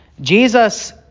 Jesus